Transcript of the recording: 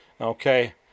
okay